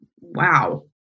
Wow